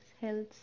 health